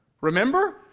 Remember